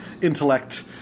intellect